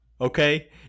Okay